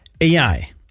AI